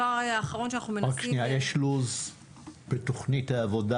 רק שנייה, יש לו"ז בתוכנית העבודה?